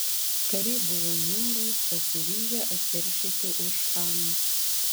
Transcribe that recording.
kariai buvo niūrūs pasiryžę atkeršyti už chaną